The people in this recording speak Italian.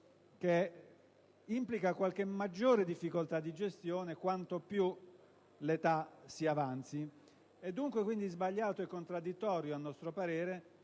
che implica qualche maggiore difficoltà di gestione quanto più l'età avanza. È dunque sbagliato e contraddittorio, a nostro parere,